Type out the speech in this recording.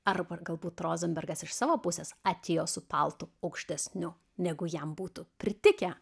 arba ar galbūt rozenbergas iš savo pusės atėjo su paltu aukštesniu negu jam būtų pritikę